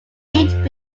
shortstop